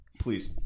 Please